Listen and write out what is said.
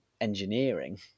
engineering